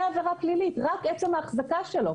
עבירה פלילית רק עצם ההחזקה שלו.